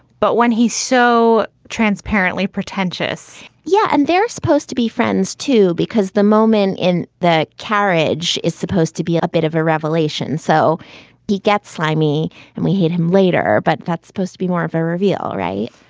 but when he's so transparently pretentious yeah, and they're supposed to be friends, too, because the moment in that carriage is supposed to be a bit of a revelation so he gets slimy and we hate him later. but that's supposed to be more of a reveal, right?